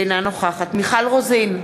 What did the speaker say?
אינה נוכחת מיכל רוזין,